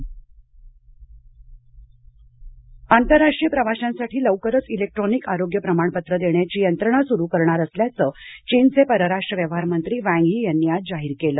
चीन प्रवासी आंतरराष्ट्रीय प्रवाशांसाठी लवकरच इलेक्ट्रॉनिक आरोग्य प्रमाणपत्र देण्याची यंत्रणा सुरू करणार असल्याचं चीनचे परराष्ट्र व्यवहार मंत्री वँग यी यांनी आज जाहीर केलं